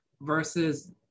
versus